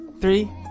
Three